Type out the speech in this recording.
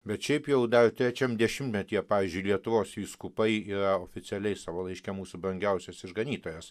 bet šiaip jau dar trečiam dešimtmetyje pavyzdžiui lietuvos vyskupai yra oficialiai savo laiške mūsų brangiausias išganytojas